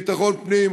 ביטחון פנים,